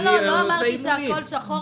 לא אמרתי שהכול שחור,